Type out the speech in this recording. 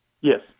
yes